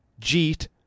Jeet